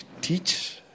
teach